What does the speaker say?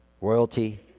royalty